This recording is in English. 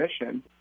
mission